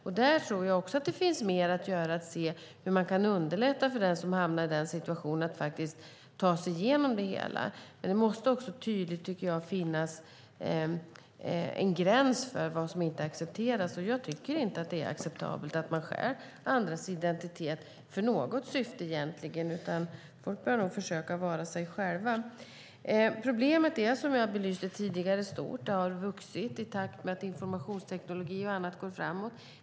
Jag tror att det finns mer att göra när det gäller att se hur man kan underlätta för den som hamnar i denna situation att ta sig igenom det hela. Det måste också finnas en tydlig gräns för vad som inte accepteras. Jag tycker inte att det är acceptabelt att man stjäl andras identitet för något syfte, egentligen. Folk bör nog försöka vara sig själva. Som jag belyste tidigare är problemet stort. Det har vuxit i takt med att informationsteknik och annat går framåt.